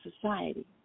society